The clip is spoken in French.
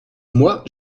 moi